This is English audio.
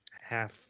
half